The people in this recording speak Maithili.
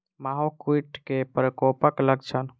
माहो कीट केँ प्रकोपक लक्षण?